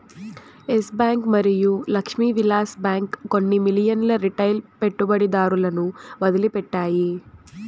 yes bank మరియు Lakshmi Vilas bank కొన్ని మిలియన్ల రిటైల్ పెట్టుబడిదారులను వదిలిపెట్టాయి